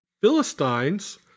Philistines